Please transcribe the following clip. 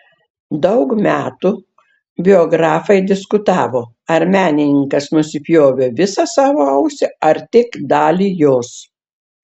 daug metų biografai diskutavo ar menininkas nusipjovė visą savo ausį ar tik dalį jos